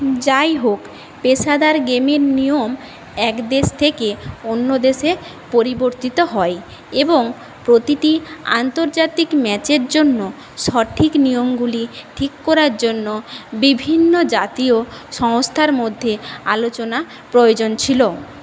যাই হোক পেশাদার গেমের নিয়ম এক দেশ থেকে অন্য দেশে পরিবর্তিত হয় এবং প্রতিটি আন্তর্জাতিক ম্যাচের জন্য সঠিক নিয়মগুলি ঠিক করার জন্য বিভিন্ন জাতীয় সংস্থার মধ্যে আলোচনার প্রয়োজন ছিলো